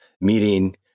Meeting